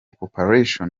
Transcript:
corporation